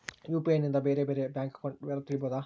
UPI ನಿಂದ ನನ್ನ ಬೇರೆ ಬೇರೆ ಬ್ಯಾಂಕ್ ಅಕೌಂಟ್ ವಿವರ ತಿಳೇಬೋದ?